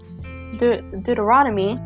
Deuteronomy